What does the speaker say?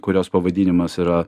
kurios pavadinimas yra